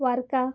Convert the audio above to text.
वार्का